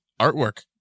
artwork